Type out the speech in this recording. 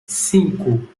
cinco